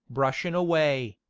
brushin' away.